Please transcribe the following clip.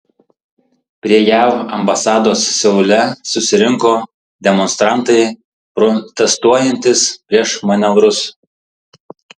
prie jav ambasados seule susirinko demonstrantai protestuojantys prieš manevrus